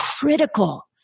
critical